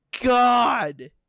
God